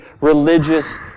religious